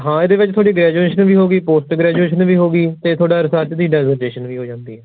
ਹਾਂ ਇਹਦੇ ਵਿੱਚ ਤੁਹਾਡੀ ਗ੍ਰੈਜੂਏਸ਼ਨ ਵੀ ਹੋ ਗਈ ਪੋਸਟ ਗ੍ਰੈਜੂਏਸ਼ਨ ਵੀ ਹੋ ਗਈ ਅਤੇ ਤੁਹਾਡਾ ਰਿਸਰਚ ਦੀ ਡੈਜੀਟੇਸ਼ਨ ਵੀ ਹੋ ਜਾਂਦੀ ਹੈ